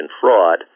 fraud